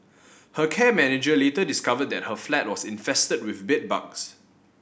her care manager later discovered that her flat was infested with bedbugs